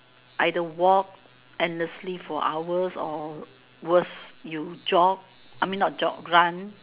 either walk endlessly for hours or worse you jog I mean not jog run